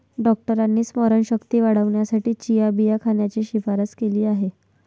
डॉक्टरांनी स्मरणशक्ती वाढवण्यासाठी चिया बिया खाण्याची शिफारस केली आहे